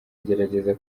ngerageza